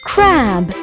Crab